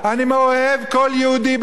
בין שהוא דתי ובין שהוא חילוני,